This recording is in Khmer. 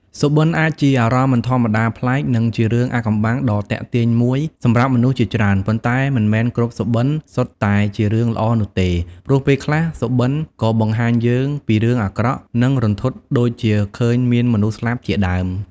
សុបិន្តអាចជាអារម្មណ៍មិនធម្មតា ប្លែក និងជារឿងអាថ៌កំបាំងដ៏ទាក់ទាញមួយសម្រាប់មនុស្សជាច្រើន ប៉ុន្តែមិនមែនគ្រប់សុបិន្តសុទ្ធតែជារឿងល្អនោះទេ ព្រោះពេលខ្លះសុបន្តិក៏បង្ហាញយើងពីរឿងអាក្រក់ និងរន្ធត់ដូចជាឃើញមានមនុស្សស្លាប់ជាដើម។